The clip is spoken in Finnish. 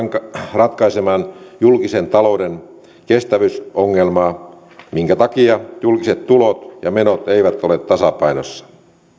ratkaisemaan julkisen talouden kestävyysongelmaa minkä takia julkiset tulot ja menot eivät ole tasapainossa